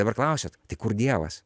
dabar klausiat tai kur dievas